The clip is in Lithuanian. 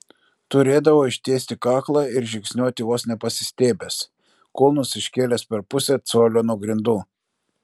turėdavo ištiesti kaklą ir žingsniuoti vos ne pasistiebęs kulnus iškėlęs per pusę colio nuo grindų